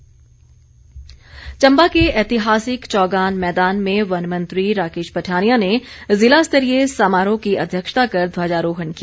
चंबा गणतंत्र दिवस चंबा के ऐतिहासिक चौगान मैदान में वन मंत्री राकेश पठानिया ने ज़िला स्तरीय समारोह की अध्यक्षता कर ध्वजारोहण किया